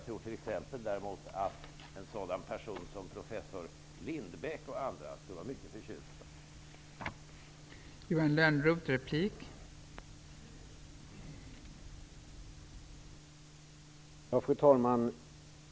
Däremot tror jag att en sådan person som professor Lindbeck och andra skulle vara mycket förtjusta i det.